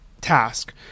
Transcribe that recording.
task